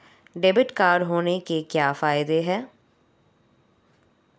Debit card होने के क्या फायदे हैं?